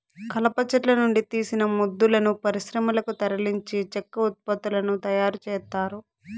కలప చెట్ల నుండి తీసిన మొద్దులను పరిశ్రమలకు తరలించి చెక్క ఉత్పత్తులను తయారు చేత్తారు